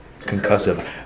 concussive